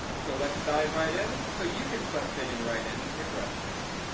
so let's dive right in, so you can start fitting right in with russians.